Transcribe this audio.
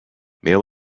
male